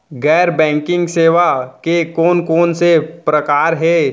गैर बैंकिंग सेवा के कोन कोन से प्रकार हे?